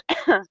Okay